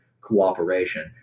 cooperation